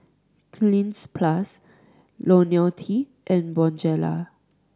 Cleanz Plus Ionil T and Bonjela